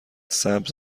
سبز